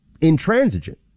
intransigent